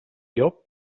llop